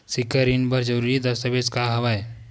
सिक्छा ऋण बर जरूरी दस्तावेज का हवय?